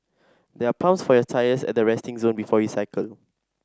there are pumps for your tyres at the resting zone before you cycle